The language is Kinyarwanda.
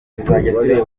tureba